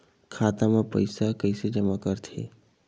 खाता म पईसा कइसे जमा करथे?